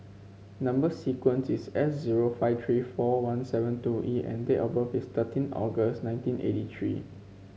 number sequence is S zero five three four one seven two E and date of birth is thirteen August nineteen eighty three